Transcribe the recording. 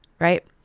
right